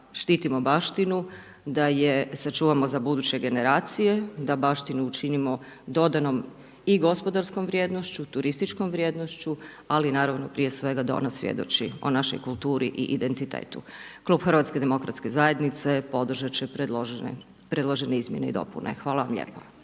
štitimo baštinu, da je sačuvamo za buduće generacije, da baštinu učinimo, dodano i gospodarskom vrijednošću, turističkom vrijednošću, ali naravno, da ona prije svega svjedoči o našoj kulturi i identitetu. Klub HDZ-a podržati će predložene izmjene i dopune. Hvala lijepo.